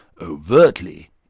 overtly